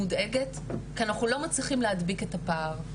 כי אנחנו לא מצליחים להדביק את הפער,